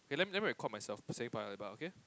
okay let me let me record myself saying Paya-Lebar okay